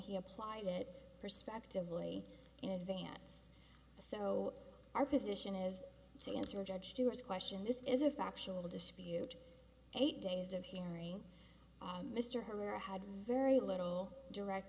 he applied it perspectively in advance so our position is to answer judge stewart's question this is a factual dispute and eight days of hearing mr her i have very little direct